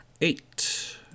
eight